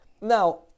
now